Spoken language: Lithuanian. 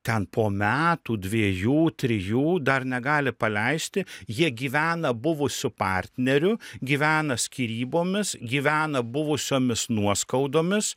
ten po metų dviejų trijų dar negali paleisti jie gyvena buvusiu partneriu gyvena skyrybomis gyvena buvusiomis nuoskaudomis